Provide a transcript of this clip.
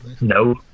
No